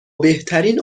بهترین